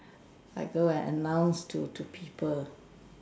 I go and announce to to people